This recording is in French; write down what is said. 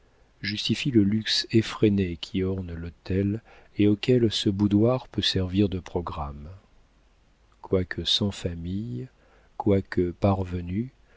justifie le luxe effréné qui orne l'hôtel et auquel ce boudoir peut servir de programme quoique sans famille quoique parvenu